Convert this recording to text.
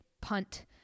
punt